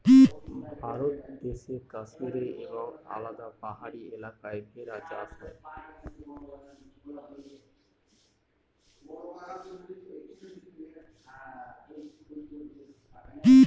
ভারত দেশে কাশ্মীরে এবং আলাদা পাহাড়ি এলাকায় ভেড়া চাষ হয়